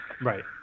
Right